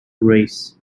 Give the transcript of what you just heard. race